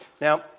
Now